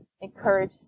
encourage